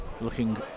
Looking